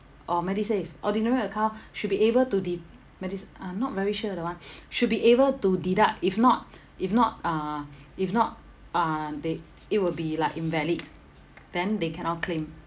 or medisave ordinary account should be able to de~ medis~ uh not very sure that [one] should be able to deduct if not if not uh if not uh they it will be like invalid then they cannot claim